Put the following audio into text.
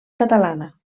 catalana